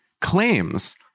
claims